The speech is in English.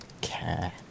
care